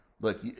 look